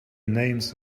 names